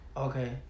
Okay